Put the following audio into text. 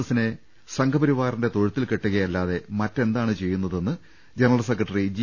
എസിനെ സംഘപ രിവാറിന്റെ തൊഴുത്തിൽ കെട്ടുകയല്ലാതെ മറ്റെന്താണ് ചെയ്യുന്നതെന്ന് ജനറൽ സെക്രട്ടറി ജി